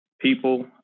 People